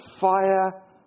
fire